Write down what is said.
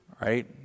right